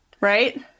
right